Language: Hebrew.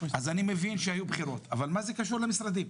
אני מבין שהיו בחירות אבל מה זה קשור למשרדים?